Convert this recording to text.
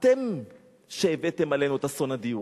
אתם שהבאתם עלינו את אסון הדיור.